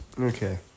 Okay